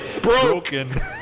Broken